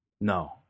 No